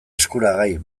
eskuragai